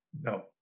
no